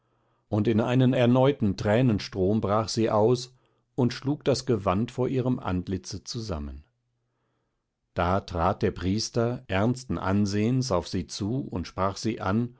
und in einen erneuten tränenstrom brach sie aus und schlug das gewand vor ihrem antlitze zusammen da trat der preister ernsten ansehens auf sie zu und sprach sie an